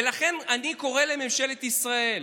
ולכן אני קורא לממשלת ישראל: